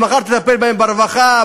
שמחר תטפל בהן ברווחה,